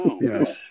Yes